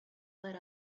let